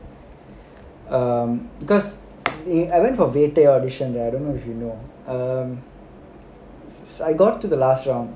um because I went for V day audition right I don't know if you know um so I got to the last round